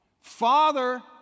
Father